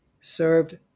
served